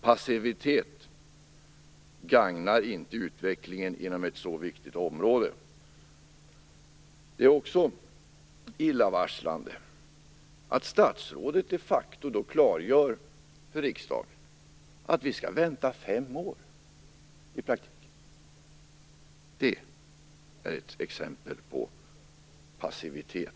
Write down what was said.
Passivitet gagnar inte utvecklingen inom ett så viktigt område. Det är också illavarslande att statsrådet de facto för riksdagen klargör att vi i praktiken skall vänta fem år. Det är ett exempel på passivitet.